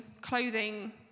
clothing